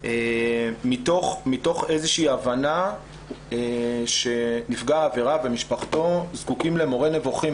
מתוך הבנה שנפגע העבירה ומשפחתו זקוקים למורה נבוכים